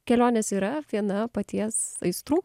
kelionės yra viena paties aistrų